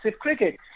cricket